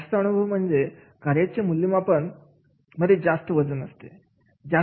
जास्त अनुभव म्हणजे कार्याच्या मूल्यमापन आम मध्ये जास्त वजन तयार होते